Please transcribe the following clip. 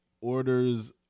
orders